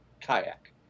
kayak